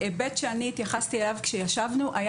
ההיבט שאני התייחסתי אליו כשישבנו היה